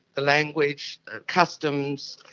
the language, the customs,